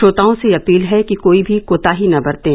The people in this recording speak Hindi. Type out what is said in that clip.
श्रोताओं से अपील है कि कोई भी कोताही न बरतें